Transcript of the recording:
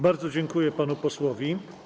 Bardzo dziękuję panu posłowi.